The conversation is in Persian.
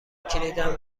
کلیدم